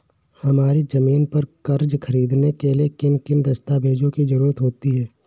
हमारी ज़मीन पर कर्ज ख़रीदने के लिए किन किन दस्तावेजों की जरूरत होती है?